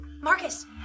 Marcus